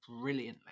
brilliantly